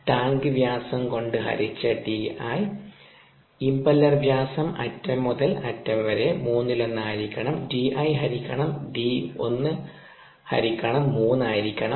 tank വ്യാസം കൊണ്ട് ഹരിച്ച DI ഇംപെല്ലർ വ്യാസം അറ്റം മുതൽ അറ്റം വരെ മൂന്നിലൊന്ന് ആയിരിക്കണം Di ഹരിക്കണം D 1 ഹരിക്കണം 3 ആയിരിക്കണം